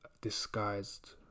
disguised